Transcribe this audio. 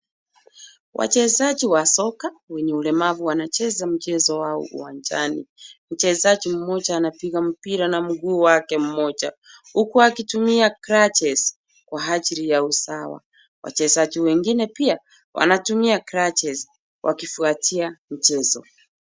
Wachezaji wa soka wenye ulemavu wanacheza mchezo wao uwanjani. Mchezaji mmoja anapiga mpira na mguu wake mmoja huku alitumia crutches kwa ajili ya usawa. Wachezaji wengine pia wanatumia crutches wakifuatia mchezo.